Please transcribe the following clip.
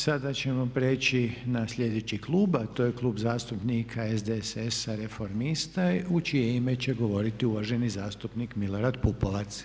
Sada ćemo na sljedeći klub a to je Klub zastupnika SDSS-a Reformista u čije ime će govoriti uvaženi zastupnik Milorad Pupovac.